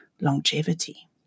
longevity